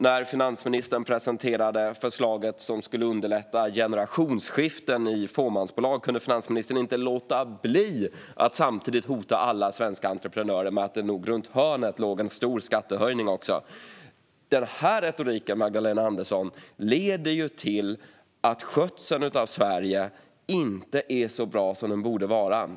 När finansministern presenterade förslaget som skulle underlätta generationsskiften i fåmansbolag kunde finansministern inte låta bli att samtidigt hota alla svenska entreprenörer med att det nog runt hörnet också låg en stor skattehöjning. Den här retoriken, Magdalena Andersson, leder till att skötseln av Sverige inte är så bra som den borde vara.